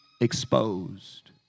exposed